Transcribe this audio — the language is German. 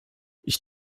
ich